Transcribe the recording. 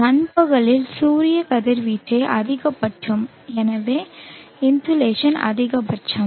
நண்பகலில் சூரிய கதிர்வீச்சு அதிகபட்சம் எனவே இன்சோலேஷன் அதிகபட்சம்